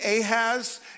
Ahaz